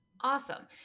Awesome